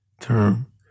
term